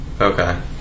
Okay